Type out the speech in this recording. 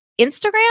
Instagram